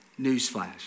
Newsflash